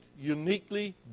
uniquely